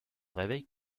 réveille